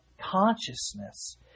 consciousness